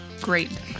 Great